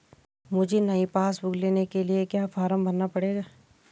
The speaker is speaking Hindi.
मुझे नयी पासबुक बुक लेने के लिए क्या फार्म भरना पड़ेगा?